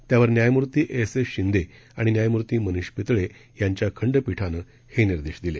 त्यावर न्यायमूर्ती S S Shinde आणि न्यायमूर्ती मनीष पितळे यांच्या खंडपीठानं हे निर्देश दिले